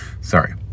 sorry